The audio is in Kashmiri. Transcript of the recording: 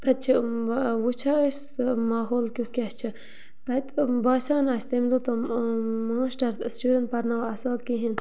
تَتہِ چھِ وٕچھان أسۍ ماحول کیُتھ کیٛاہ چھِ تَتہِ باسیو نہٕ اَسہِ تمہِ دۄہ تِم ماسٹر شُرٮ۪ن پَرناوان اَصٕل کِہیٖنۍ